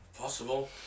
Possible